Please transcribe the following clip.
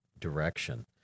direction